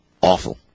Awful